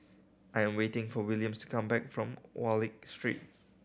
I'm waiting for Williams to come back from Wallich Street